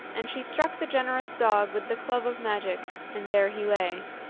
and she struck the generous dog with the club of magic and there he lay.